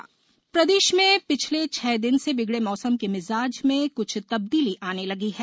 मौसम प्रदेश में पिछले छह दिन से बिगड़े मौसम के मिजाज में क्छ तब्दीली आने लगी है